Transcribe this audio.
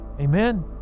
Amen